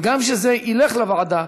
וגם שזה ילך לוועדה.